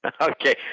okay